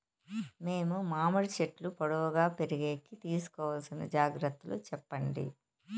మేము మామిడి చెట్లు పొడువుగా పెరిగేకి తీసుకోవాల్సిన జాగ్రత్త లు చెప్పండి?